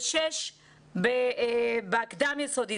ו-6 בקדם-יסודי.